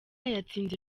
yatsinze